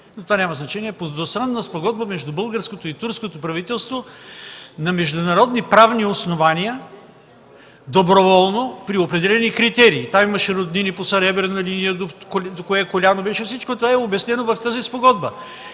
това няма значение, по двустранна спогодба между българското и турското строителство на международни правни основания доброволно, при определени критерии. Там имаше роднини по съребрена линия, до кое коляно беше – всичко това е обяснено в тази спогодба.